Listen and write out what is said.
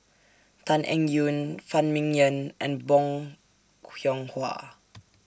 Tan Eng Yoon Phan Ming Yen and Bong Hiong Hwa